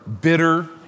bitter